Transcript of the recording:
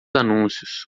anúncios